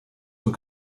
were